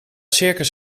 circus